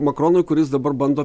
makronui kuris dabar bando